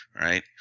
Right